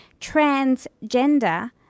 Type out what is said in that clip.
transgender